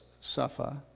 suffer